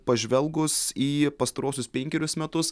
pažvelgus į pastaruosius penkerius metus